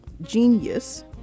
Genius